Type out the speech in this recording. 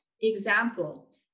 Example